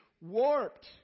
warped